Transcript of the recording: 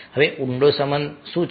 હવે ઊંડા સંબંધ ઊંડા સંબંધ શું છે